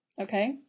okay